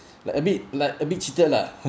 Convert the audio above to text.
like a bit like a bit cheated lah